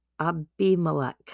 Abimelech